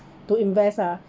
to invest ah